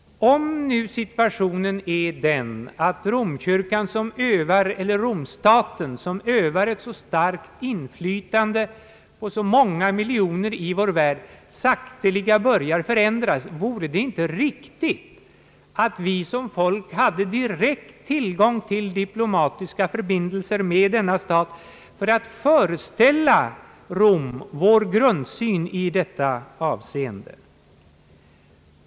Om nu situationen är den att Vatikanstaten, som övar ett så starkt inflytande på så många miljoner i vår värld, sakteliga börjar förändras — vore det då inte riktigt att vi som folk hade direkt tillgång till diplomatiska förbindelser med denna stat för att föreställa Rom vår grundsyn i detta avseende?